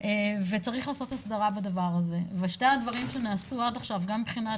וצריך לעשות הסדרה בדבר הזה ושני הדברים שנעשו עד עכשיו גם מבחינת